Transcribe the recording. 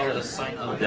the sign